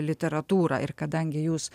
literatūrą ir kadangi jūs